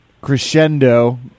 crescendo